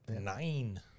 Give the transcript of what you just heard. Nine